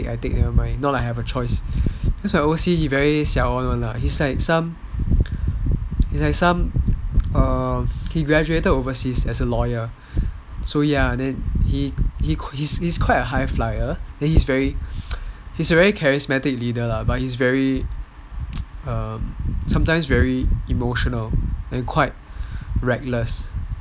I take nevermind not like I have a choice then my O_C he very siao on [one] lah he like some he graduated overseas as a lawyer he's quite a high flyer he's very charismatic leader lah but he's very um sometimes very emotional and quite reckless